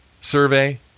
survey